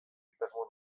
egitasmo